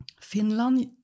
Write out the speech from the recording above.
finland